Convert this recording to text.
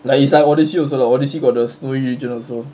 like is like odyssey also lah odyssey got the snowy region also